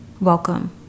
welcome